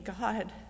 God